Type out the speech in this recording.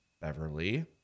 Beverly